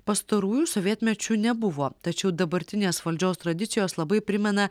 pastarųjų sovietmečiu nebuvo tačiau dabartinės valdžios tradicijos labai primena